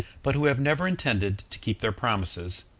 but who have never intended to keep their promises,